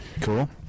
Cool